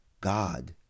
God